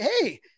Hey